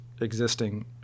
existing